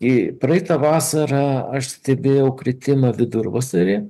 praeitą vasarą aš stebėjau kritimą vidurvasarį